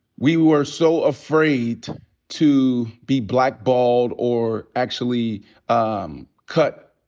we were so afraid to be blackballed, or actually um cut.